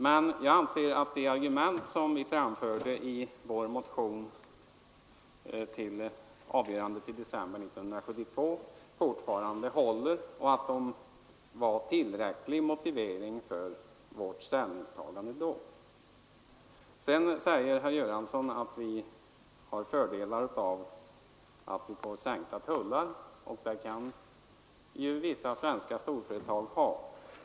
Men jag anser att de argument, som vi framförde i vår motion inför avgörandet 1972, fortfarande håller och att de var tillräcklig motivering för vårt ställningstagande då. Herr Göransson säger vidare att vi har fördelar av att få sänkta tullar, och det kan vissa svenska storföretag ha.